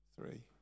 three